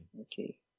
Okay